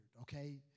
okay